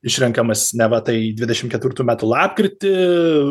išrenkamas neva tai dvidešimt ketvirtų metų lapkritį